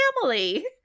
family